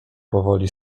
powoli